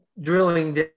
drilling